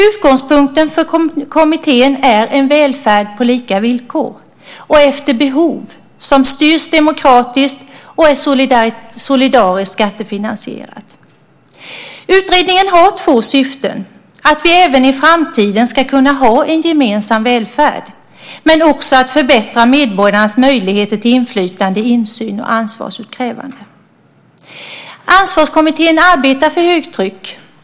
Utgångspunkten för kommittén är en välfärd på lika villkor och efter behov som styrs demokratiskt och är solidariskt skattefinansierad. Utredningen har två syften, nämligen att vi även i framtiden ska kunna ha en gemensam välfärd och att förbättra medborgarnas möjligheter till inflytande, insyn och ansvarsutkrävande. Ansvarskommittén arbetar för högtryck.